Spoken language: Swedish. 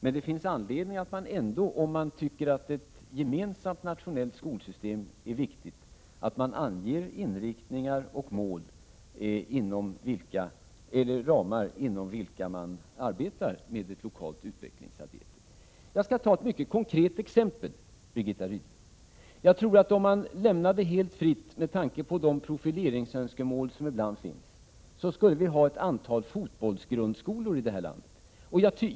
Men det finns anledning att man ändå, om man tycker att ett gemensamt nationellt skolsystem är viktigt, anger ramar inom vilka man arbetar med ett lokalt utvecklingsarbete. Jag skall ta ett mycket konkret exempel, Birgitta Rydle. Om man lämnade allt helt fritt skulle vi, med tanke på de profileringsönskemål som ibland finns, ha ett antal fotbollsgrundskolor i landet.